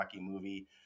movie